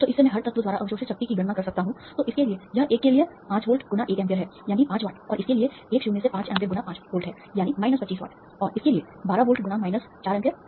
तो इससे मैं हर तत्व द्वारा अवशोषित शक्ति की गणना कर सकता हूं तो इसके लिए यह 1 के लिए 5 वोल्ट गुना 1 एम्पीयर है यानी 5 वाट और इसके लिए 1 शून्य से 5 एम्पीयर गुना 5 वोल्ट है यानी माइनस 25 वाट और इसके लिए 12 वोल्ट गुना माइनस 4 एम्पीयर